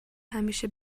همیشه